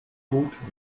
gut